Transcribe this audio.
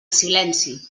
silenci